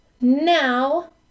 Now